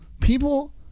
People